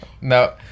No